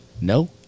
no